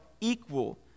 equal